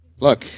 Look